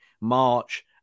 March